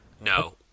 No